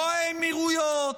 לא האמירויות,